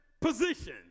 position